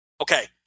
Okay